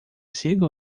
siga